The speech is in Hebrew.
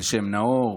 על שם נאור,